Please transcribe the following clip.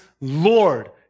Lord